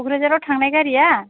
क'क्राझाराव थांनाय गारिया